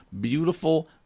Beautiful